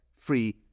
free